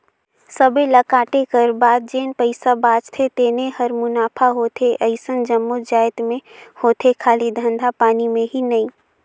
सबे ल कांटे कर बाद जेन पइसा बाचथे तेने हर मुनाफा होथे अइसन जम्मो जाएत में होथे खाली धंधा पानी में ही नई